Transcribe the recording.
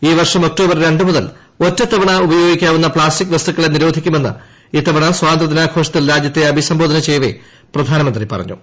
ഈ വർഷം ഒക്ടോബർ രണ്ട് മുതൽ ഒറ്റത്തവണ ഉപയോഗിക്കാവുന്ന പ്ലാസ്റ്റിക് വസ്തുക്കളെ നിരോധിക്കുമെന്ന് ഇത്തവണത്തെ സ്വാതന്ത്ര്യദിനാഘോഷത്തിൽ രാജ്യത്തെ അഭിസംബോധന ചെയ്യവെ പ്രധാനമന്ത്രി പറഞ്ഞു